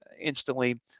instantly